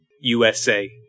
USA